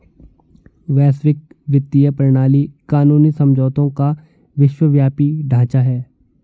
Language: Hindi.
वैश्विक वित्तीय प्रणाली कानूनी समझौतों का विश्वव्यापी ढांचा है